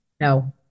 No